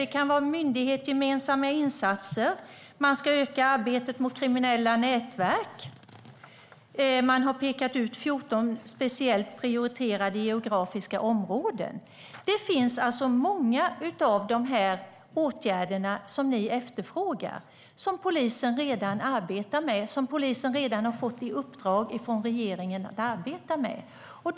Det kan vara myndighetsgemensamma insatser och att man ska öka arbetet mot kriminella nätverk. Man har pekat ut 14 speciellt prioriterade geografiska områden. Många av de åtgärder ni efterfrågar arbetar alltså polisen redan med. Polisen har redan fått i uppdrag från regeringen att arbeta med dem.